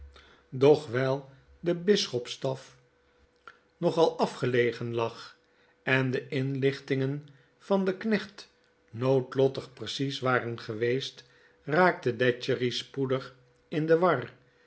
de bisschopstaf nogal afgelegen lag en de inlichtingen van den knecht noodlottig precies waren geweest raakte datchery spoedig in de war